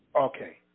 Okay